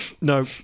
no